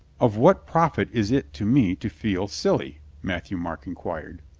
of what profit is it to me to feel silly? mat thieu-marc inquired.